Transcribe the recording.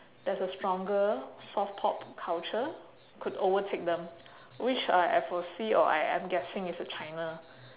there's a stronger soft pop culture could overtake them which I I foresee or I I'm guess it's uh china